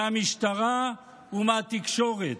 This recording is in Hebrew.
מהמשטרה ומהתקשורת.